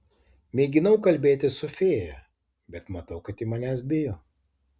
mėginau kalbėtis su fėja bet matau kad ji manęs bijo